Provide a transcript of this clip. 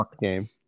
game